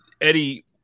Eddie